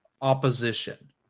opposition